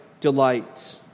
delight